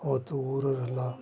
ಆವತ್ತು ಊರೋರೆಲ್ಲ